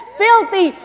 filthy